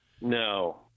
No